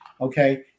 okay